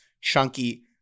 chunky